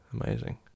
Amazing